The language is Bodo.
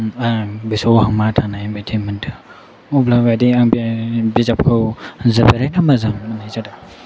आं गोसोआव हांमा थानाय बायदि मोनदों अब्लाबोदि आं बे बिजाबखौ जोबोरैनो मोजां मोननाय जादों